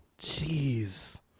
Jeez